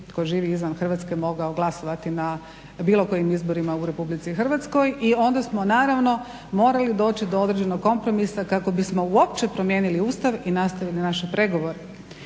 tko živi izvan Hrvatske mogao glasovati na bilo kojim izborima u Republici Hrvatskoj i onda smo naravno morali doći do određenog kompromisa kako bismo uopće promijeniti Ustav i nastavili naše pregovore,